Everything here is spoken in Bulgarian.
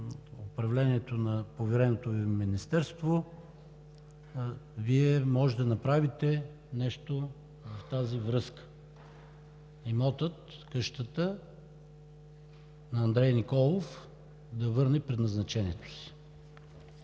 управлението на повереното Ви Министерство Вие можете да направите нещо в тази връзка – имотът, къщата на Андрей Николов, да върне предназначението си?